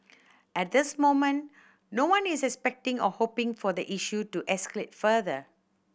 at this moment no one is expecting or hoping for the issue to escalate further